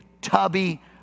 tubby